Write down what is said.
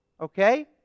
okay